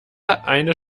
eine